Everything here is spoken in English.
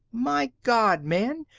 my god, man,